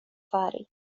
fari